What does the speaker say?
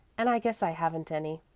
and i guess i haven't any.